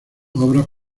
obras